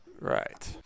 Right